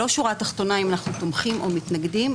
לא שורה תחתונה אם אנחנו מתנגדים או תומכים,